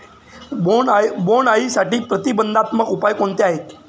बोंडअळीसाठी प्रतिबंधात्मक उपाय कोणते आहेत?